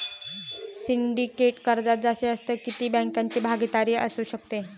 Syndicate कर्जात जास्तीत जास्त किती बँकांची भागीदारी असू शकते?